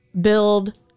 build